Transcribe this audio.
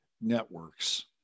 networks